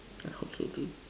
I hope so too